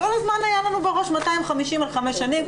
כל הזמן היה לנו בראש 250 מיליון על 5 שנים,